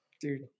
Dude